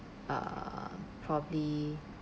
err probably